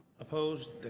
opposed?